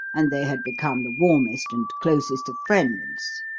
and they had become the warmest and closest of friends.